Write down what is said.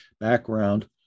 background